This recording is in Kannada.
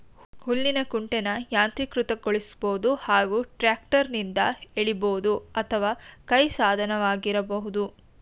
ಹುಲ್ಲಿನ ಕುಂಟೆನ ಯಾಂತ್ರೀಕೃತಗೊಳಿಸ್ಬೋದು ಹಾಗೂ ಟ್ರ್ಯಾಕ್ಟರ್ನಿಂದ ಎಳಿಬೋದು ಅಥವಾ ಕೈ ಸಾಧನವಾಗಿರಬಹುದು